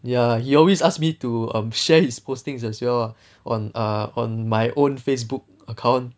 ya he always asked me to share his postings as well on err on my own Facebook account